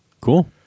Cool